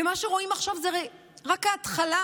ומה שרואים עכשיו זו רק ההתחלה,